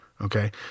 Okay